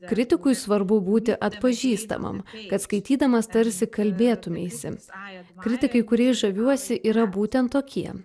kritikui svarbu būti atpažįstamam kad skaitydamas tarsi kalbėtumeisi kritikai kuriais žaviuosi yra būtent tokie